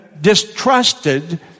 distrusted